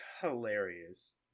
hilarious